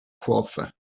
kurve